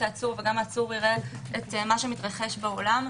העצור וגם העצור יראה את מה שמתרחש באולם.